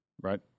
right